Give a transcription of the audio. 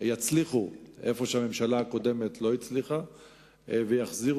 תצליח היכן שהממשלה הקודמת לא הצליחה ותחזיר